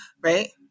right